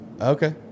okay